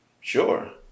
Sure